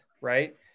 right